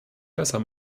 besser